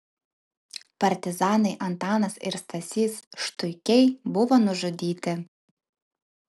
partizanai antanas ir stasys štuikiai buvo nužudyti